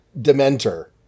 Dementor